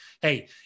hey